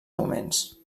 moments